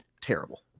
terrible